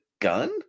gun